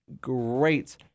great